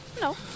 No